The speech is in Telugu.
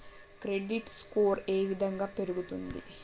క్రెడిట్ స్కోర్ ఏ విధంగా పెరుగుతుంది?